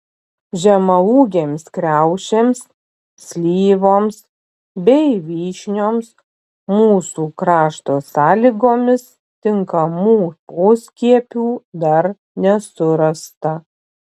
žemaūgėms kriaušėms slyvoms bei vyšnioms mūsų krašto sąlygomis tinkamų poskiepių dar nesurasta